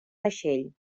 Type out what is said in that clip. vaixell